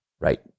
right